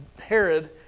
Herod